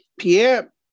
Pierre